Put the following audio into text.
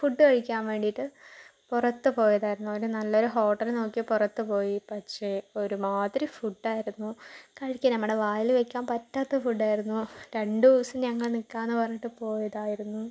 food കഴിക്കാൻ വേണ്ടീട്ട് പുറത്ത് പോയതായിരുന്നു അവിടെ നല്ലൊരു ഹോട്ടല് നോക്കി പുറത്ത് പോയി പക്ഷെ ഒരുമാതിരി ഫുഡ്ഡായിരുന്നു കഴിക്കാൻ നമ്മുടെ വായില് വക്കാൻ പറ്റാത്ത ഫുഡ്ഡായിരുന്നു രണ്ട് ദിവസം ഞങ്ങൾ നിൽക്കാമെന്ന് പറഞ്ഞിട്ട് പോയതായിരുന്നു